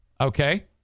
Okay